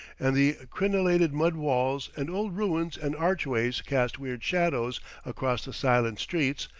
and the crenellated mud walls and old ruins and archways cast weird shadows across the silent streets,